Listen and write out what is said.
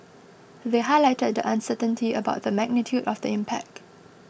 they highlighted the uncertainty about the magnitude of the impact